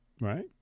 Right